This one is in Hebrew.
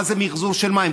מה זה מחזוּר של מים,